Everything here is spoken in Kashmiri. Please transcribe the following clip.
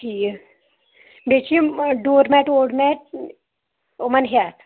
ٹھیٖک بیٚیہِ چھِ یِم ڈور میٹ ووٚر میٹ یِمَن ہیٚتھ